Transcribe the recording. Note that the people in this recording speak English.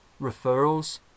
referrals